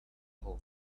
hole